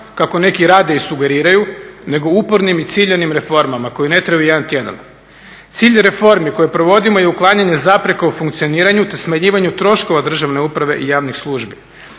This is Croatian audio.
kako neki rade i sugeriraju nego upornim i ciljanim reformama koje ne traju jedan tjedan. Cilj reformi koje provodimo i uklanjanje zapreka u funkcioniranju te smanjivanju troškova državne uprave i javnih službi.